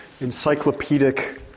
encyclopedic